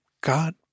God